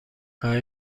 آیا